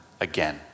again